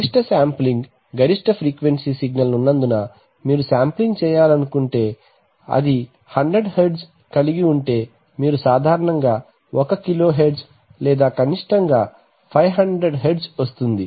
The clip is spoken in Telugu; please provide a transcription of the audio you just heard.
గరిష్ట శాంప్లింగ్ గరిష్ట ఫ్రీక్వెన్సీ సిగ్నల్ ఉన్నందున మీరు శాంప్లింగ్ చేయాలనుకుంటే అది 100 హెర్ట్జ్ కలిగి ఉంటే మీరు సాధారణంగా 1 కిలోహెర్ట్జ్ లేదా కనిష్టంగా 500 హెర్ట్జ్ వస్తుంది